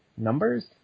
numbers